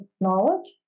knowledge